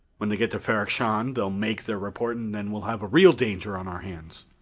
when they get to ferrok-shahn, they'll make their report, and then we'll have a real danger on our hands.